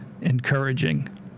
encouraging